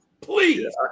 Please